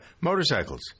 motorcycles